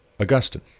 Augustine